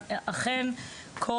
אכן כל